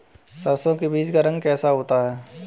सरसों के बीज का रंग कैसा होता है?